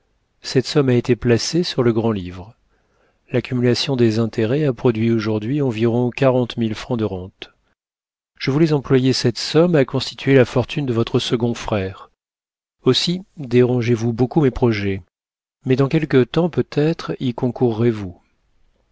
cette somme a été placée sur le grand-livre l'accumulation des intérêts a produit aujourd'hui environ quarante mille francs de rente je voulais employer cette somme à constituer la fortune de votre second frère aussi dérangez vous beaucoup mes projets mais dans quelque temps peut-être y concourrez vous